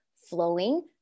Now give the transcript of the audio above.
flowing